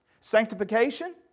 Sanctification